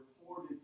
reported